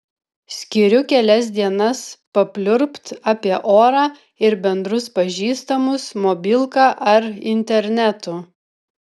skiriu kelias dienas papliurpt apie orą ir bendrus pažįstamus mobilka ar internetu